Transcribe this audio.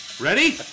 Ready